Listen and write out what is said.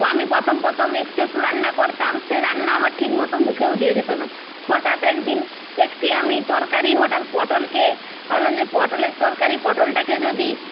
আমি প্রথম প্রথম একটু একটু রান্না করতাম সে রান্না আমার ঠিকমতো মুখেও দেওয়া যেত না হঠাৎ একদিন একটি আমি তরকারি হঠাৎ পটলকে ভাবলাম যে পটলের তরকারি পটলটাকে যদি